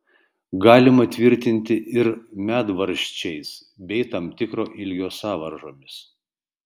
galima tvirtinti ir medvaržčiais bei tam tikro ilgio sąvaržomis